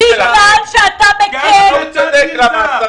בגלל שאתה מקל --- הוא צודק כי השרים